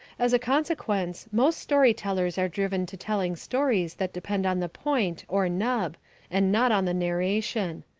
as a consequence most story-tellers are driven to telling stories that depend on the point or nub and not on the narration.